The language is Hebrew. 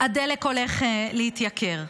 הדלק הולך להתייקר,